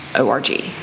org